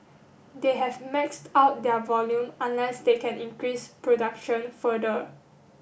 they have max out their volume unless they can increase production further